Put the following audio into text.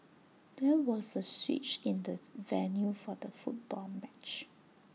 there was A switch in the venue for the football match